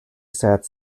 sat